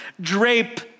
drape